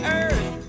earth